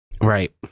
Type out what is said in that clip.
Right